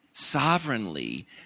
sovereignly